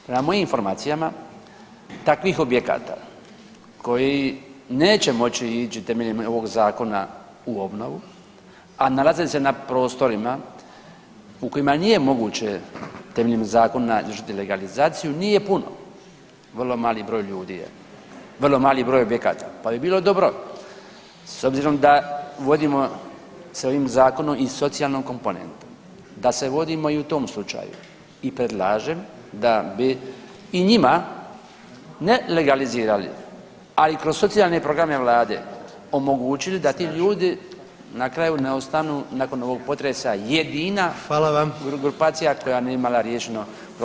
Prema mojim informacijama takvih objekata koji neće moći ići temeljem ovog zakona u obnovu, a nalaze se na prostorima u kojima nije moguće temeljem zakona izvršiti legalizaciju nije puno, vrlo mali broj ljudi je, vrlo mali broj objekata, pa bi bilo dobro s obzirom da vodimo se ovim zakonom i socijalnom komponentom da se vodimo i u tom slučaju i predlažem da bi i njima ne legalizirali, ali kroz socijalne programe vlade omogućili da ti ljudi na kraju ne ostanu nakon ovog potresa jedina grupacija koja nije imala riješeno krov nad glavom.